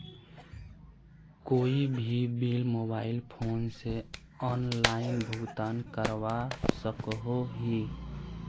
कोई भी bill mobile phone से ऑनलाइन भुगतान करवा सकोहो ही?